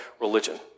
religion